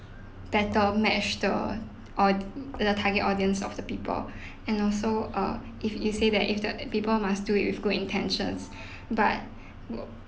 better match the au~ the target audience of the people and also err if you say that if the people must do it with good intentions but wo~